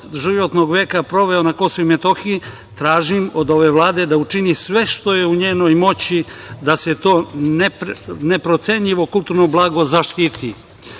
životnog veka proveo na Kosovu i Metohiji, tražim od ove Vlade da učini sve što je u njenoj moći da se to neprocenjivo kulturno blago zaštiti.